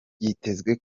byitezwe